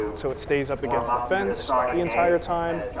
so it stays up against the fence the entire time,